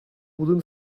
wooden